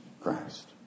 Christ